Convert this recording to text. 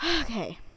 Okay